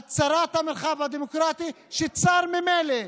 הצרת המרחב הדמוקרטי שצר ממילא,